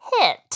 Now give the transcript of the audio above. hit